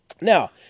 Now